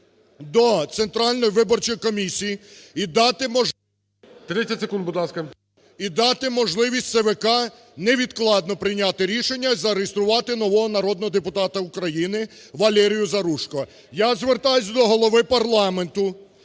до Центральної виборчої комісії і дати мож… ГОЛОВУЮЧИЙ. 30 секунд, будь ласка. ЛЯШКО О.В. … і дати можливість ЦВК невідкладно прийняти рішення і зареєструвати нового народного депутата України Валерію Зарушко. Я звертаюсь до Голови парламенту: